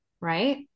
right